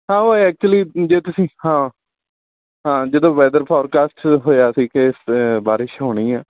ਹਾਂ ਉਹ ਐਕਚੁਲੀ ਜੇ ਤੁਸੀਂ ਹਾਂ ਹਾਂ ਜਦੋਂ ਵੈਦਰ ਫੋਰਕਾਸਟ ਹੋਇਆ ਸੀ ਕਿ ਬਾਰਿਸ਼ ਹੋਣੀ ਹੈ